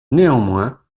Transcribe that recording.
néanmoins